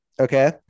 Okay